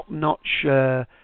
top-notch